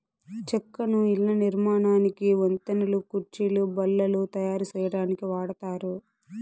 చెక్కను ఇళ్ళ నిర్మాణానికి, వంతెనలు, కుర్చీలు, బల్లలు తాయారు సేయటానికి వాడతారు